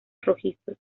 rojizos